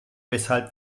weshalb